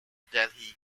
delhi